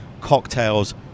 cocktails